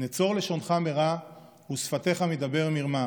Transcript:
נצור לשונך מרע ושפתיך מִדַּבֵּר מרמה.